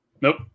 Nope